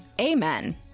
Amen